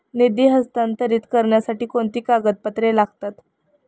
निधी हस्तांतरित करण्यासाठी कोणती कागदपत्रे लागतात?